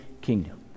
kingdom